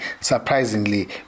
surprisingly